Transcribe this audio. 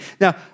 now